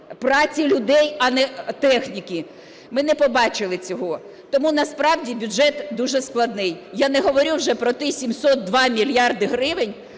праці людей, а не техніки. Ми не побачили цього. Тому насправді бюджет дуже складний. Я не говорю вже про ті 702 мільярда гривень